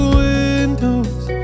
windows